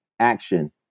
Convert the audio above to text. action